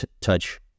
touch